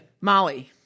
Molly